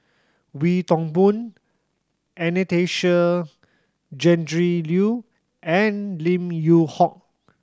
Wee Toon Boon Anastasia Tjendri Liew and Lim Yew Hock